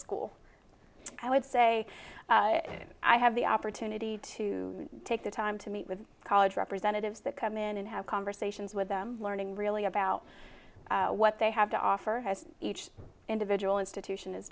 school i would say that i have the opportunity to take the time to meet with college representatives that come in and have conversations with them learning really about what they have to offer has each individual institution is